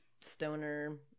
stoner